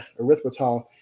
erythritol